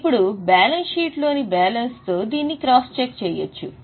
ఇప్పుడు బ్యాలెన్స్ షీట్లోని బ్యాలెన్స్తో దీన్ని క్రాస్ చెక్ చేయవచ్చు